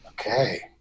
Okay